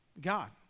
God